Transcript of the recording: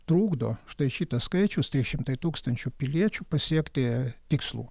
trukdo štai šitas skaičius trys šimtai tūkstančių piliečių pasiekti tikslų